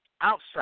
outside